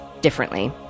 differently